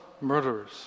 murderers